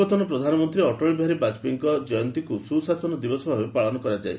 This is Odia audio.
ପୂର୍ବତନ ପ୍ରଧାନମନ୍ତ୍ରୀ ଅଟଳ ବିହାରୀ ବାଜପେୟୀଙ୍କ ଜନ୍ମ ଜୟନ୍ତୀକୁ ସୁଶାସନ ଦିବସ ଭାବରେ ପାଳନ କରାଯାଇଥାଏ